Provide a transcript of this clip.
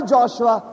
Joshua